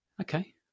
Okay